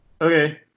Okay